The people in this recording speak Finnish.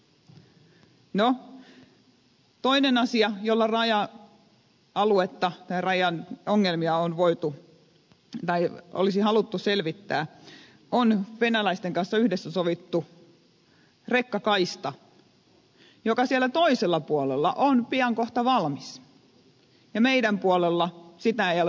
no toinen asia jolla rajan ongelmia olisi haluttu selvittää on venäläisten kanssa yhdessä sovittu rekkakaista joka siellä toisella puolella on pian kohta valmis ja meidän puolellamme sitä ei ole edes aloitettu